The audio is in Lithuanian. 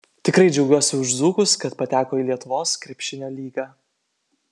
tikrai džiaugiuosi už dzūkus kad pateko į lietuvos krepšinio lygą